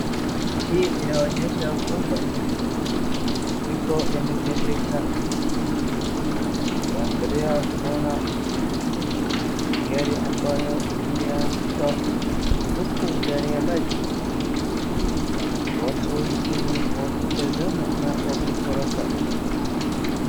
Hii inaonyesha ya kwamba kuna mafuriko yametendeka na ukiangalia unaona gari ambayo imeanguka huku ndani ya maji na watu wengine wakitazama na wakitoroka.